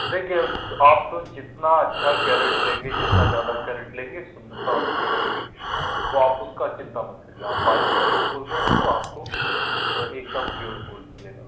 देखिए आप तो जितना अच्छा कैरेट लेंगे जितना ज़्यादा कैरेट लेंगे सुंदरता उतनी रहेगी तो आप उसकी चिंता मत करिए आप बाईस कैरेट बोल रहे हैं तो आपको एक दम प्योर गोल्ड मिलेगा ठीक हैं